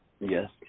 Yes